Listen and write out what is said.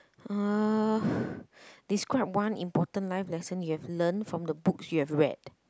uh describe one important life lesson you have learnt from the books you have read